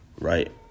right